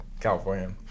California